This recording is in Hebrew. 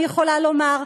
אני יכולה לומר,